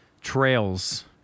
trails